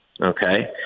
okay